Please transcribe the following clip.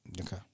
Okay